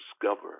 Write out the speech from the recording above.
discover